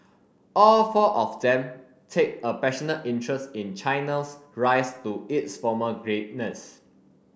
all four of them take a passionate interest in China's rise to its former greatness